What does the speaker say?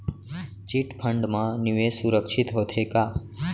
Chit fund मा निवेश सुरक्षित होथे का?